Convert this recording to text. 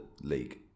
league